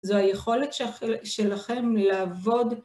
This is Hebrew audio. זו היכולת שלכם לעבוד